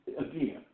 again